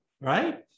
right